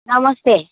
नमस्ते